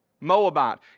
Moabite